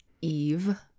Eve